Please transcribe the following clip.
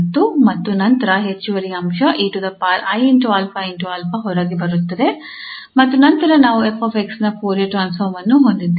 ಮತ್ತು ನಂತರ ಹೆಚ್ಚುವರಿ ಅಂಶ 𝑒𝑖𝛼𝑎 ಹೊರಗೆ ಇರುತ್ತದೆ ಮತ್ತು ನಂತರ ನಾವು 𝑓𝑥 ನ ಫೋರಿಯರ್ ಟ್ರಾನ್ಸ್ಫಾರ್ಮ್ ಅನ್ನು ಹೊಂದಿದ್ದೇವೆ